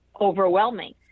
overwhelming